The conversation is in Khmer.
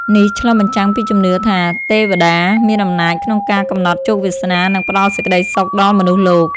នេះឆ្លុះបញ្ចាំងពីជំនឿថា ទេពតាមានអំណាចក្នុងការកំណត់ជោគវាសនា និងផ្តល់សេចក្តីសុខដល់មនុស្សលោក។